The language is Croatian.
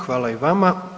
Hvala i vama.